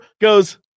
goes